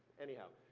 anyhow,